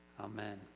Amen